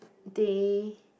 day